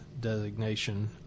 designation